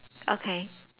okay